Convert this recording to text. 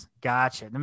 Gotcha